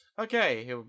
Okay